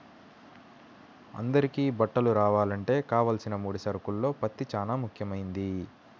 అందరికీ బట్టలు రావాలంటే కావలసిన ముడి సరుకుల్లో పత్తి చానా ముఖ్యమైంది